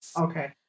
Okay